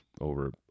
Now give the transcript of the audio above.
over